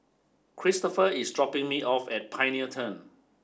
Christoper is dropping me off at Pioneer Turn